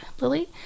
lily